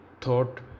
thought